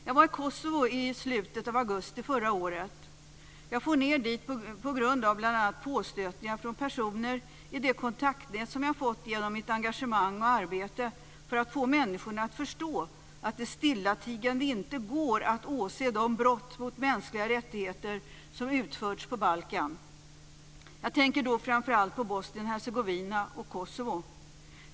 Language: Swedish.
Jag var i Kosovo i slutet av augusti förra året. Jag for ned dit på grund av bl.a. påstötningar från personer i det kontaktnät som jag fått genom mitt engagemang och arbete för att få människorna att förstå att det inte går att stillatigande åse de brott mot mänskliga rättigheter som utförts på Balkan. Jag tänker då framför allt på Bosnien Hercegovina och Kosovo.